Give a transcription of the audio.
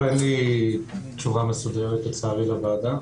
פה אין לי תשובה מסודרת לוועדה, לצערי.